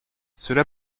cela